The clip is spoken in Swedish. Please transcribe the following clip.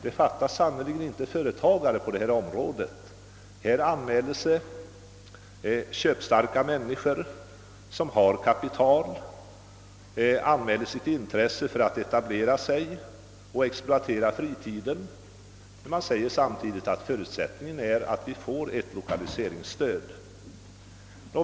Det saknas sannerligen inte företagare på detta område. Här anmäler kapitalstarka människor sitt intresse för att etablera sig och exploatera fritiden. Samtidigt säger man att förutsättningarna är att man får lokaliseringsstöd.